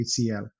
HCL